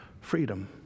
freedom